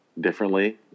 Differently